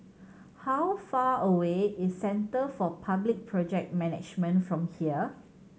how far away is Centre for Public Project Management from here